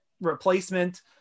replacement